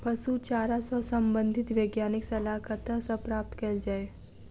पशु चारा सऽ संबंधित वैज्ञानिक सलाह कतह सऽ प्राप्त कैल जाय?